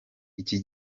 iki